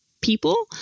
people